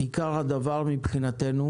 עיקר הדבר מבחינתנו